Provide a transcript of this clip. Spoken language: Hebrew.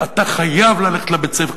אתה חייב ללכת לבית-הספר,